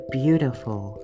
beautiful